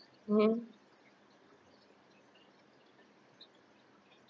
mmhmm